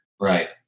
Right